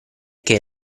che